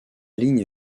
ligne